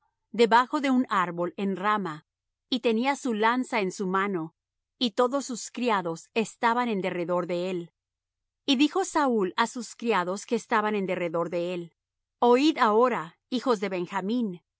debajo de un árbol en rama y tenía su lanza en su mano y todos sus criados estaban en derredor de él y dijo saúl á sus criados que estaban en derredor de él oid ahora hijos de benjamín